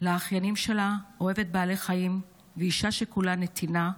לאחיינים שלה, אוהבת בעלי חיים ואישה שכולה נתינה,